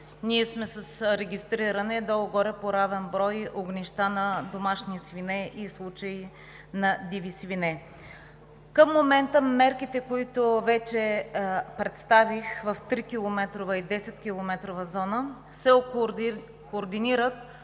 сме регистрирали горе-долу по равен брой огнища на домашни свине и случаи на диви свине. Към момента мерките, които вече представих в трикилометрова и десеткилометрова зона, се координират